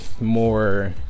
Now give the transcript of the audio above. more